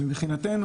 ומבחינתנו,